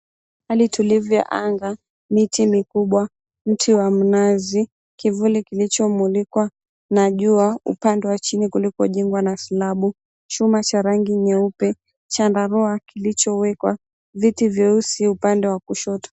Hali tulivu ya anga. Miti mikubwa. Mti wa minazi. Kivuli kilichomulikwa na jua upande chili kulikojengwa na slabu. Chuma cha rangi nyeupe. Chandarua kilichowekwa viti vyeusi upande wa kushoto.